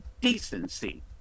decency